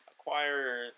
acquire